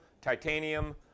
titanium